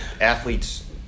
athletes